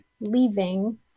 leaving